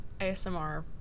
ASMR